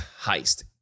heist